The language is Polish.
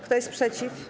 Kto jest przeciw?